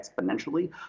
exponentially